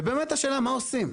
ובאמת השאלה מה עושים.